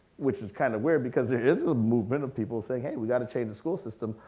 which is kind of weird, because there is a movement of people saying, hey we gotta change the school system.